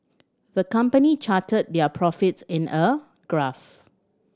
the company charted their profits in a graph